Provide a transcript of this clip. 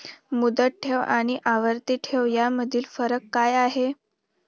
मुदत ठेव आणि आवर्ती ठेव यामधील फरक काय आहे?